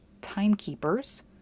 timekeepers